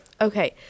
okay